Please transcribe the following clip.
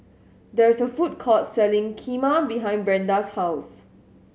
there is a food court selling Kheema behind Brenda's house